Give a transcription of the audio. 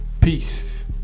peace